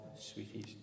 sweeties